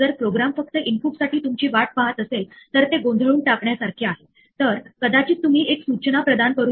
तर exception handling याबद्दल सांगेल जेव्हा एखादी गोष्ट चुकीची ठरते तेव्हा आपण सुधारात्मक कृती कशी प्रदान करतो